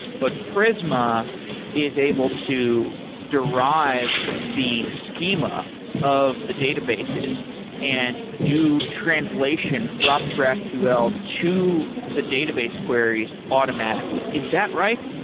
but prisma is able to derive the schema of the databases and do translation from graphql to the database queries automatically. is that right?